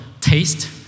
taste